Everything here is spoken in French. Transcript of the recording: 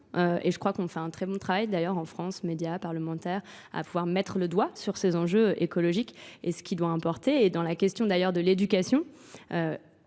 Et je crois qu'on fait un très bon travail d'ailleurs en France, médias, parlementaires, à pouvoir mettre le doigt sur ces enjeux écologiques et ce qui doit importer. Et dans la question d'ailleurs de l'éducation,